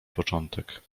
początek